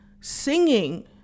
singing